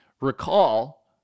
recall